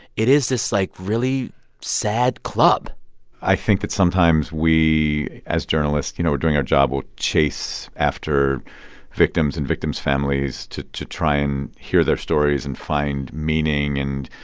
it is this, like, really sad club i think that sometimes we as journalists, you know, doing our job will chase after victims and victims' families to to try and hear their stories and find meaning. and,